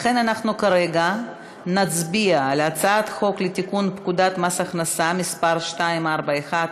לכן אנחנו כרגע נצביע על הצעת חוק לתיקון פקודת מס הכנסה (מס' 241),